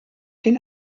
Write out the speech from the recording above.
den